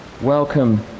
Welcome